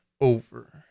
over